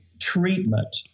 treatment